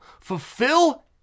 fulfill